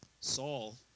Saul